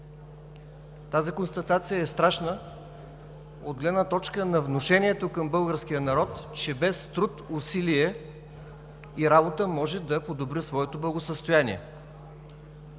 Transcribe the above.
Тази констатация е страшна от гледна точка на внушението към българския народ, че без труд, усилие и работа може да подобри своето благосъстояние.